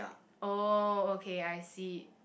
oh okay I see